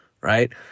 right